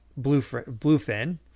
bluefin